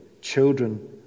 children